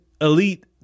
elite